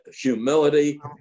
humility